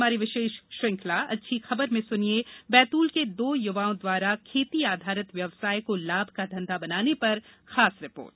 हमारी विशेष श्रृंखला अच्छी खबर में सुनिये बैतूल के दो युवाओं द्वारा खेती आधारित व्यवसाय को लाभ का धंधा बनाने पर खास रिपोर्ट